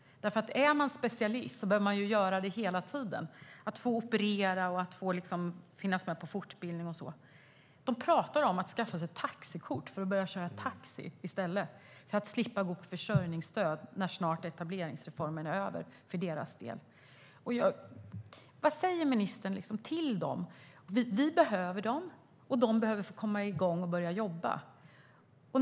Om man är specialist behöver man arbeta inom sitt område hela tiden, operera, delta i fortbildning och så vidare. De pratar om att skaffa sig taxikort och börja köra taxi för att slippa gå på försörjningsstöd när tiden för etableringsplanen är över för deras del. Vad säger ministern till dem? Vi behöver dem, och de behöver komma igång och jobba.